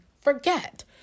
forget